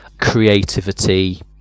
creativity